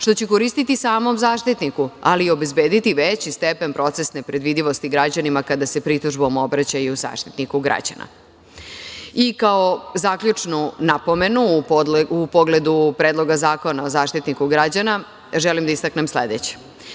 što će koristiti samom zaštitniku, ali i obezbediti veći stepen procesne predvidivosti građanima kada se pritužbom obraćaju Zaštitniku građana.I kao zaključnu napomenu, u pogledu Predloga zakona o Zaštitniku građana, želim da istaknem sledeće.